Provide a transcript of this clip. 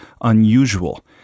unusual